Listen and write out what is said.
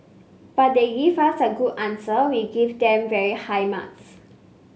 but they give us a good answer we give them very high marks